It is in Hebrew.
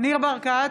ניר ברקת,